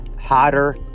hotter